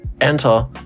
Enter